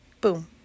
boom